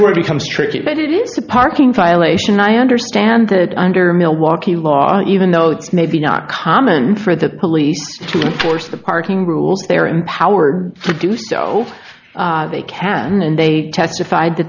where becomes tricky but it is the parking violation i understand that under milwaukee law even though it's maybe not common for the police to enforce the parking rules they are empowered to do so they can and they testified that